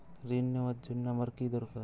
ঋণ নেওয়ার জন্য আমার কী দরকার?